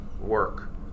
work